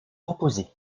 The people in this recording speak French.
opposée